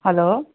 hello